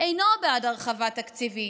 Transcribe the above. אינו בעד הרחבה תקציבית,